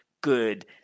good